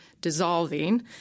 dissolving